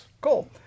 Cool